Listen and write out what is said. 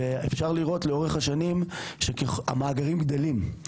אפשר לראות לאורך השנים שהמאגרים גדלים.